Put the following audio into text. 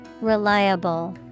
Reliable